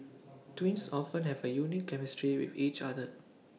twins often have A unique chemistry with each other